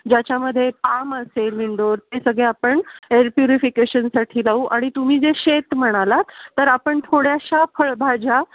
ज्याच्यामध्ये पाम असेल विंडोर ते सगळे आपण एअरप्युरिफिकेशनसाठी लावू आणि तुम्ही जे शेत म्हणालात तर आपण थोड्याशा फळभाज्या